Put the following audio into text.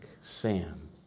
Sam